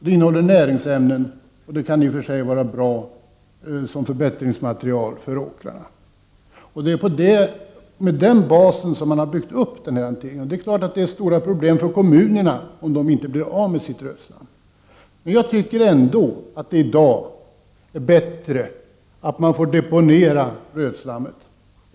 Det innehåller näringsämnen i och för sig som kan vara bra förbättringsmaterial för åkrar. Det är ju på den basen som man har byggt upp den här hanteringen. Det är klart att det är stora problem för kommunerna om de inte kan bli av med sitt rötslam. Men jag tycker ändå att det i dag är bättre att få deponera rötslammet.